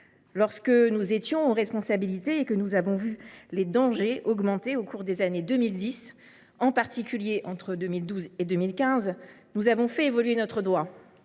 Lorsque nous étions aux responsabilités et que nous avons assisté à l’augmentation des dangers au cours des années 2010, en particulier entre 2012 et 2015, nous avons fait évoluer notre droit.